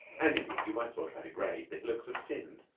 and indeed you might as well try to grade the hillocks of sind.